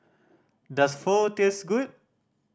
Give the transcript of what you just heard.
does Pho taste good